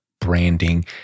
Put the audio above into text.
branding